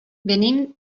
venim